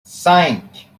cinq